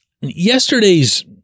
Yesterday's